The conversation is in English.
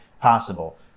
possible